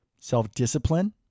self-discipline